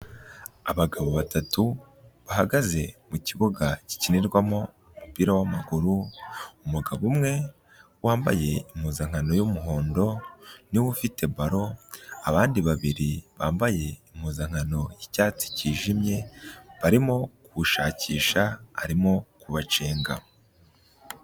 Abagabo batatu bahagaze mu kibuga gikinirwamo umupira wamaguru. Umugabo umwe wambaye impuzankano y'umuhondo niwe ufite balo abandi babiri bambaye impuzankano y'icyatsi kijimye, barimo gushakisha arimo kubacenga.